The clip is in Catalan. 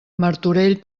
martorell